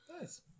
Nice